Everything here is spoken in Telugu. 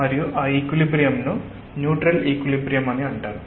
మరియు ఆ ఈక్విలిబ్రియమ్ ను న్యూట్రల్ ఈక్విలిబ్రియమ్ అని అంటారు